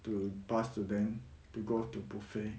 to pass to them to go to buffet